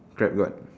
crab what